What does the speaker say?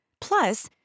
Plus